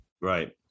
Right